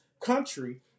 country